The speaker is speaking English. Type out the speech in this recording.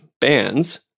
bands